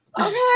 Okay